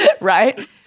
Right